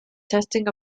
testing